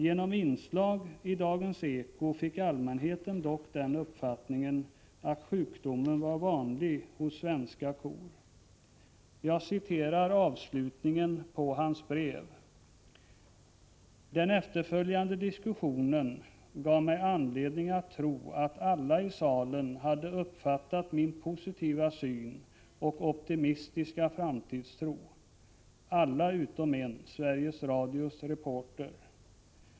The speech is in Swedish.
Genom inslag i Dagens eko fick allmänheten dock den uppfattningen att sjukdomen var vanlig hos svenska kor. Jag citerar avslutningen på hans brev: ”Den efterföljande diskussionen gav mig anledning att tro att alla i salen hade uppfattat min positiva syn och optimistiska framtidstro, alla utom en — Sveriges radios reporter.